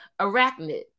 arachnid